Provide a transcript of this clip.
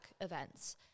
events